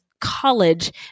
college